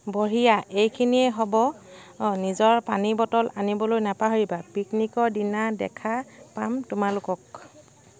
বঢ়িয়া এইখিনিয়েই হ'ব নিজৰ পানীবটল আনিবলৈ নাপাহৰিবা পিকনিকৰ দিনা দেখা পাম তোমালোকক